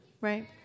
Right